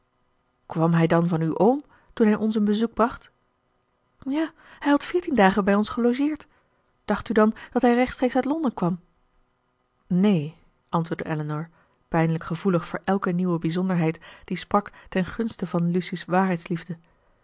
kwam hij dan van uw oom toen hij ons een bezoek bracht ja hij had veertien dagen bij ons gelogeerd dacht u dan dat hij rechtstreeks uit londen kwam neen antwoordde elinor pijnlijk gevoelig voor elke nieuwe bijzonderheid die sprak ten gunste van lucy's